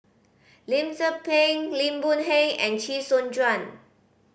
Lim Tze Peng Lim Boon Heng and Chee Soon Juan